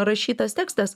rašytas tekstas